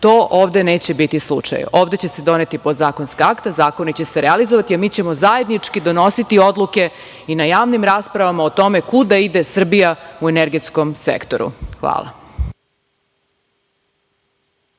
ovde neće biti slučaj. Ovde će se doneti podzakonska akta, zakoni će se realizovati, a mi ćemo zajednički donositi odluke i na javnim raspravama o tome kuda ide Srbija u energetskom sektoru. Hvala.